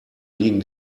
liegen